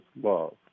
love